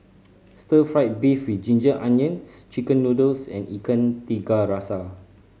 stir fried beef with Ginger Onions Chicken noodles and Ikan Tiga Rasa